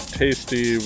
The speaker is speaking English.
tasty